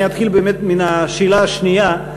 אני אתחיל באמת מהשאלה השנייה: